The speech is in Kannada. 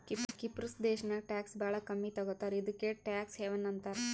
ಕಿಪ್ರುಸ್ ದೇಶಾನಾಗ್ ಟ್ಯಾಕ್ಸ್ ಭಾಳ ಕಮ್ಮಿ ತಗೋತಾರ ಇದುಕೇ ಟ್ಯಾಕ್ಸ್ ಹೆವನ್ ಅಂತಾರ